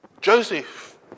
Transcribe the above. Joseph